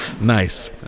Nice